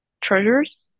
treasures